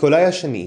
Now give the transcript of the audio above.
ניקולאי השני,